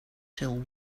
till